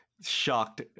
shocked